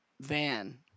Van